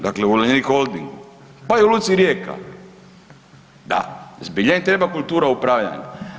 Dakle, Uljanik holdingu pa i u luci Rijeka, da zbilja im treba kultura upravljanja.